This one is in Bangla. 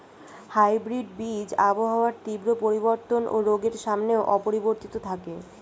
হাইব্রিড বীজ আবহাওয়ার তীব্র পরিবর্তন ও রোগের সামনেও অপরিবর্তিত থাকে